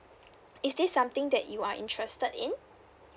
is this something that you are interested in